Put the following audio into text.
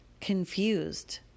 confused